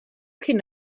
cyn